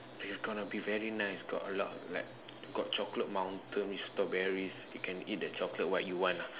it is gonna be very nice got a lot like got chocolate mountain with strawberries you can eat the chocolate what you want